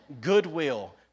goodwill